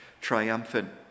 triumphant